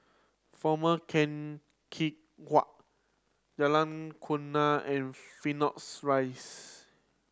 Former Keng Whay Jalan and Phoenix Rise